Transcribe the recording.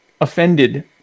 offended